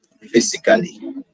physically